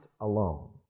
alone